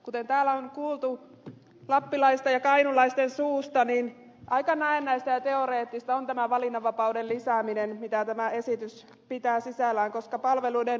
kuten täällä on kuultu lappilaisten ja kainuulaisten suusta niin aika näennäistä ja teoreettista on tämä valinnanvapauden lisääminen mitä tämä esitys pitää sisällään koska palveluiden tarjoajia ei ole